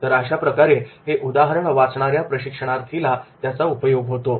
तर अशाप्रकारे हे उदाहरण वाचणाऱ्या प्रशिक्षणार्थीला त्याचा उपयोग होतो